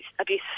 abuse